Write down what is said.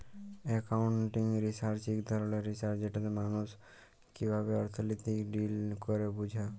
accounting research ইক ধরলের research যেটতে মালুস কিভাবে অথ্থলিতিতে ডিল ক্যরে বুঝা